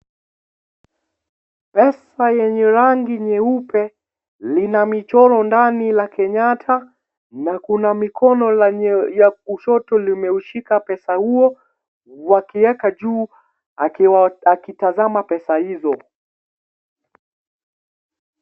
Rafa yenye rangi nyeupe, lina michoro ndani, la Kenyatta na kuna mikono la ya kushoto limeushika pesa huo. Wakiweka juu, akitazama pesa hizo.